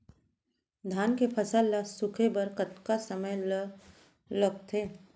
धान के फसल ल सूखे बर कतका समय ल लगथे?